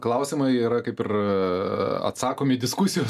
klausimai yra kaip ir atsakomi diskusijos